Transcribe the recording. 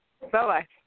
Bye-bye